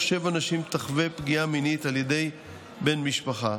שבע נשים תחווה פגיעה מינית על ידי בן משפחה.